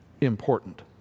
important